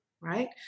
Right